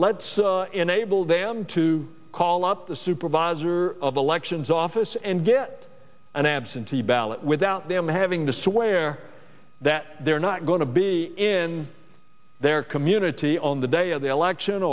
let's enable them to call up the supervisor of elections office and get an absentee ballot without them having to swear that they're not going to be in their community on the day of the election